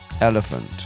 elephant